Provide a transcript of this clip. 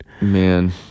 Man